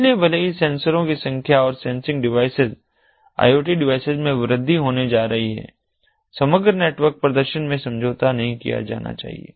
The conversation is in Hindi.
इसलिए भले ही सेंसरों की संख्या और sensing devices I O T devices में वृद्धि होने जा रही हो समग्र नेटवर्क प्रदर्शन में समझौता नहीं किया जाना चाहिए